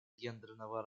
гендерного